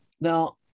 Now